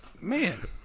Man